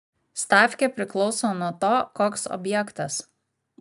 stavkė priklauso nuo to koks objektas